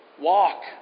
Walk